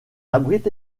abrite